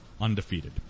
undefeated